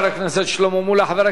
חבר הכנסת ניצן הורוביץ,